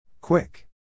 Quick